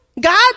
God